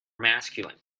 masculine